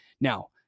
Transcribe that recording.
Now